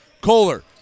Kohler